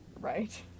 Right